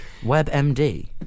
WebMD